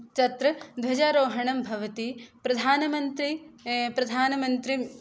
तत्र ध्वजारोहणं भवति प्रधानमन्त्री प्रधानमन्त्री